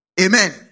Amen